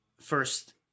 first